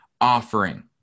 offering